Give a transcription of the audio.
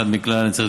הם עובדים יפה.